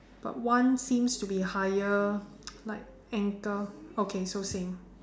but one seems to be higher like ankle okay so same